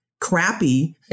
crappy